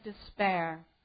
despair